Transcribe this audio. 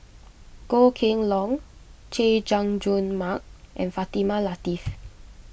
Goh Kheng Long Chay Jung Jun Mark and Fatimah Lateef